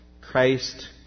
Christ